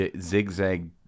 zigzag